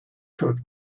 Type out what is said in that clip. coat